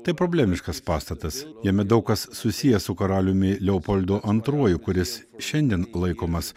tai problemiškas pastatas jame daug kas susiję su karaliumi leopoldu antruoju kuris šiandien laikomas